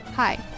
Hi